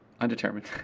Undetermined